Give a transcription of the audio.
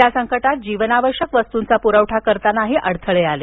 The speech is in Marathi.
या संकटात जीवनावश्यक वस्तूंचा पुरवठा करतानाही अडथळे आले